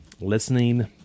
listening